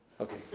okay